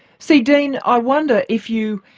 see, dean, i wonder if you.